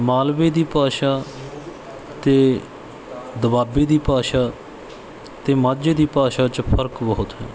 ਮਾਲਵੇ ਦੀ ਭਾਸ਼ਾ ਅਤੇ ਦੁਆਬੇ ਦੀ ਭਾਸ਼ਾ ਅਤੇ ਮਾਝੇ ਦੀ ਭਾਸ਼ਾ 'ਚ ਫਰਕ ਬਹੁਤ ਹੈ